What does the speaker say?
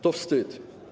To wstyd.